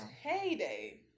heyday